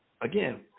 Again